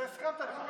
ואתה הסכמת לכך,